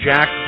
Jack